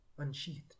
Unsheathed